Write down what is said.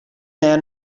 man